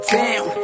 down